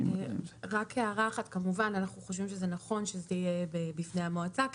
רק הערה אחת: אנחנו כמובן חושבים שזה נכון שזה יהיה בפני המועצה.